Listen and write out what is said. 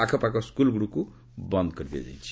ଆଖପାଖ ସ୍କୁଲ୍ଗୁଡ଼ିକୁ ବନ୍ଦ୍ କରିଦିଆଯାଇଛି